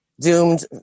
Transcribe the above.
doomed